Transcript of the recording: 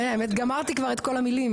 האמת גמרתי את כל המילים,